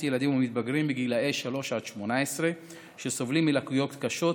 ילדים ומתבגרים בגיל 3 18 שסובלים מלקויות קשות,